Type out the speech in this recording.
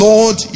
Lord